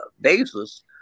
basis